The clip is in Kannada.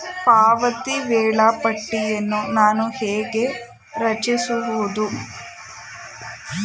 ಪಾವತಿ ವೇಳಾಪಟ್ಟಿಯನ್ನು ನಾನು ಹೇಗೆ ರಚಿಸುವುದು?